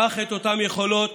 קח את אותן יכולות